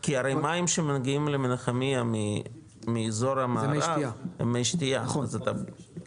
כי הרי מים שמגיעים למנחמיה מאזור המערב --- זה מי שתייה.